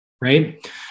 Right